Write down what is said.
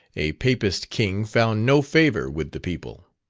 a papist king found no favour with the people.